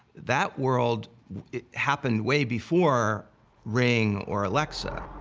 that world happened way before ring or alexa.